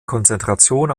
konzentration